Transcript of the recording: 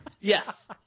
Yes